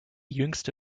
jüngste